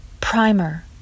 primer